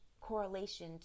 correlation